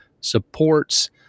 supports